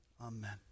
Amen